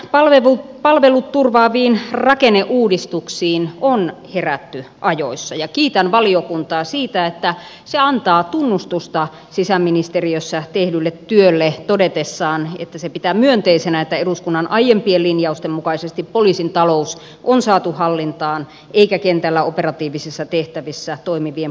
sisäministeriössä palvelut turvaaviin rakenneuudistuksiin on herätty ajoissa ja kiitän valiokuntaa siitä että se antaa tunnustusta sisäministeriössä tehdylle työlle todetessaan että se pitää myönteisenä että eduskunnan aiempien linjausten mukaisesti poliisin talous on saatu hallintaan eikä kentällä operatiivisissa tehtävissä toimivien poliisimiesten määrä vähene